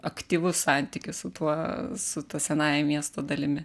aktyvus santykis su tuo su ta senąja miesto dalimi